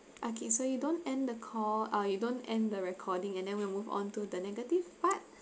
okay so you don't end the call uh you don't end the recording and then we'll move onto the negative part